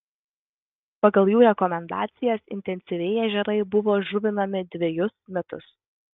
pagal jų rekomendacijas intensyviai ežerai buvo žuvinami dvejus metus